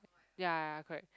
ya ya correct